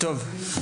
טוב,